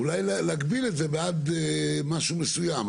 אולי להגביל את זה עד משהו מסוים.